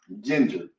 Ginger